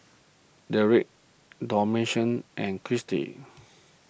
Dedric Damasion and Kristy